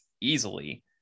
easily